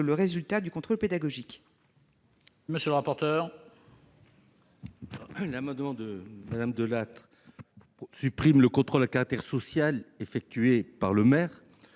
les résultats du contrôle pédagogique.